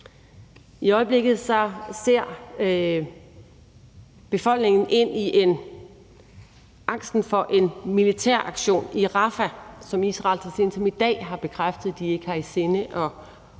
I øjeblikket ser befolkningen ind i angsten for en militær aktion i Rafah, som Israel så sent som i dag har bekræftet at de ikke har i sinde at indstille.